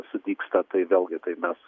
sudygsta tai vėlgi tai mes